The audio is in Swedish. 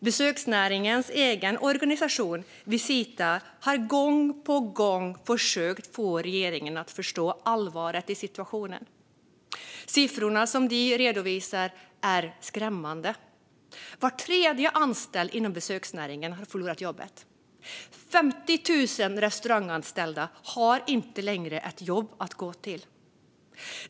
Besöksnäringens egen organisation Visita har gång på gång försökt få regeringen att förstå allvaret i situationen. Siffrorna de redovisar är skrämmande: Var tredje anställd inom besöksnäringen har förlorat jobbet. 50 000 restauranganställda har inte längre ett jobb att gå till.